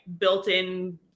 built-in